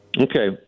Okay